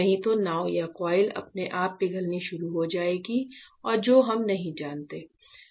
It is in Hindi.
नहीं तो नाव या कॉइल अपने आप पिघलनी शुरू हो जाएगी और जो हम नहीं जानते